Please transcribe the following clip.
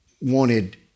wanted